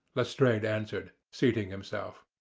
lestrade answered, seating himself.